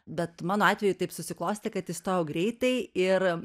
bet mano atveju taip susiklostė kad įstojau greitai ir